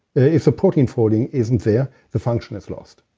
if the protein folding isn't there, the function is lost.